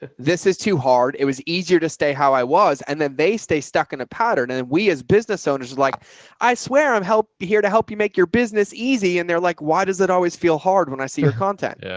this is too hard. it was easier to stay how i was. and then they stay stuck in a pattern. and then we as business owners, like i swear, i'm help here to help you make your business easy. and they're like, why does it always feel hard when i see your content?